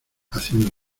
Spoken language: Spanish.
haciendo